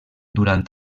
durant